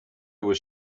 was